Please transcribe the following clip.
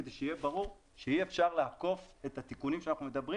כדי שיהיה ברור שאי אפשר לעקוף את התיקונים עליהם אנחנו דברים